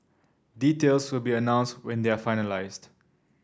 details will be announced when they are finalised